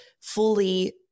fully